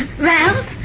Ralph